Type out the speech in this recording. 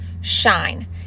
Shine